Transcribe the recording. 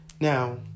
Now